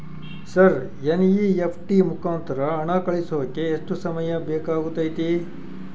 Sir NEFT ಮುಖಾಂತರ ಹಣ ಕಳಿಸೋಕೆ ಎಷ್ಟು ಸಮಯ ಬೇಕಾಗುತೈತಿ?